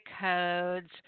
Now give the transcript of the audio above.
codes